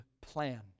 plan